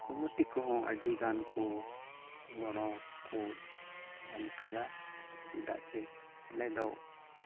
committee ᱠᱚᱦᱚᱸ ᱟᱹᱰᱤᱜᱟᱱ ᱠᱚ ᱜᱚᱲᱚ ᱠᱚ ᱮᱢ ᱠᱟᱫᱟ ᱪᱮᱫᱟᱜ ᱥᱮ ᱚᱸᱰᱮ ᱫᱚ